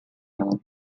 town